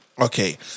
Okay